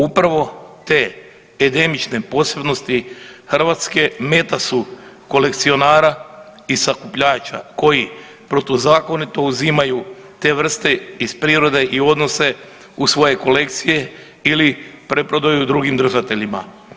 Upravo te endemične posebnosti Hrvatske meta su kolekcionara i sakupljača koji protuzakonito uzimaju te vrste iz prirode i odnose u svoje kolekcije ili preprodaju drugim držateljima.